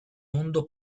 mondo